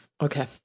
Okay